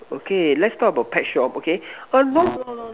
okay let's talk about pet shop okay one bom